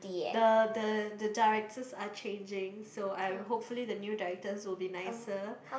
the the the directors are changing so I hopefully the new directors will be nicer